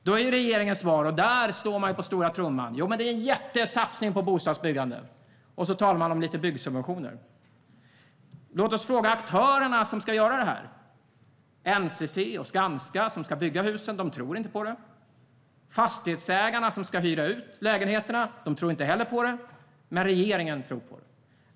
Då slår regeringen på stora trumman och svarar att det är en jättesatsning på bostadsbyggande, och så talar man om lite byggsubventioner. Låt oss fråga de aktörer som ska bygga husen. NCC och Skanska tror inte på det. Fastighetsägarna, som ska hyra ut lägenheterna, tror inte heller på det. Men regeringen tror på det.